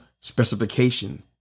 specification